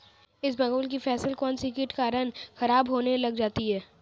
इसबगोल की फसल कौनसे कीट के कारण खराब होने लग जाती है?